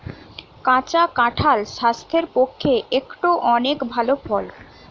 কাঁচা কাঁঠাল স্বাস্থ্যের পক্ষে একটো অনেক ভাল ফল